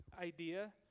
idea